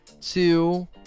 two